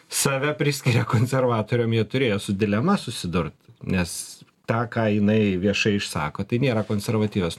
save priskiria konservatoriam jie turėjo su dilema susidurt nes tą ką jinai viešai išsako tai nėra konservatyvios